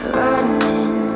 running